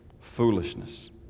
foolishness